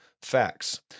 Facts